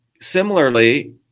similarly